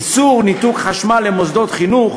איסור ניתוק חשמל למוסדות חינוך